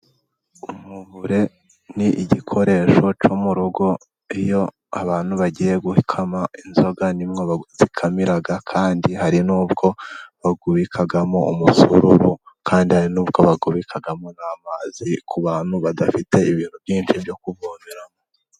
Umuvure ni igikoresho cyo mu rugo, iyo abantu bagiye gukama inzoga nimwo bakamira, kandi hari n'ubwo babikamo umusururu, kandi hari nubwo babikamo amazi, ku bantu badafite ibintu byinshi byo kuvomeramo.